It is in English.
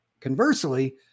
conversely